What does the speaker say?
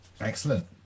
excellent